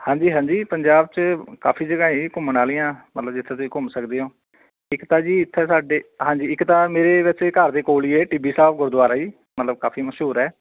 ਹਾਂਜੀ ਹਾਂਜੀ ਪੰਜਾਬ 'ਚ ਕਾਫੀ ਜਗ੍ਹਾ ਇਹੀ ਘੁੰਮਣ ਵਾਲੀਆਂ ਮਤਲਬ ਜਿੱਥੇ ਤੁਸੀਂ ਘੁੰਮ ਸਕਦੇ ਹੋ ਇੱਕ ਤਾਂ ਜੀ ਇੱਥੇ ਸਾਡੇ ਹਾਂਜੀ ਇੱਕ ਤਾਂ ਮੇਰੇ ਵੈਸੇ ਘਰ ਦੇ ਕੋਲ ਹੀ ਇਹ ਟਿੱਬੀ ਸਾਹਿਬ ਗੁਰਦੁਆਰਾ ਜੀ ਮਤਲਬ ਕਾਫੀ ਮਸ਼ਹੂਰ ਹੈ